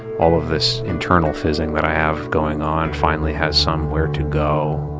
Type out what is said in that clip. all of this internal fizzing that i have going on finally has somewhere to go.